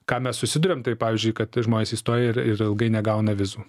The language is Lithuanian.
ką mes susiduriam tai pavyzdžiui kad žmonės įstoja ir ir ilgai negauna vizų